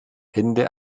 ende